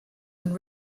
and